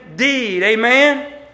Amen